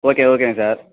okay ஓகேங்க sir